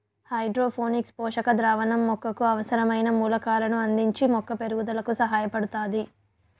hydroponics పోషక ద్రావణం మొక్కకు అవసరమైన మూలకాలను అందించి మొక్క పెరుగుదలకు సహాయపడుతాది